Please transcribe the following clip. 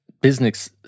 business